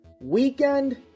weekend